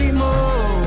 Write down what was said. more